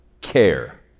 care